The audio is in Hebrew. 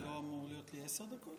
לא אמורות להיות לי עשר דקות?